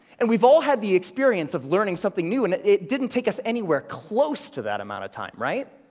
and we've all had the experience of learning something new, and it didn't take us anywhere close to that amount of time, right?